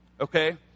Okay